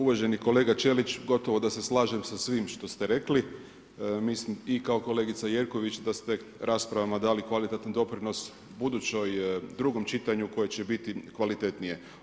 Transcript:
Uvaženi kolega Čelič, gotovo da se slažem sa svim što ste rekli, mislim i kao kolegica Jerković, da ste raspravama dali kvalitetan doprinos budućem drugom čitanju, koje će biti kvalitetnije.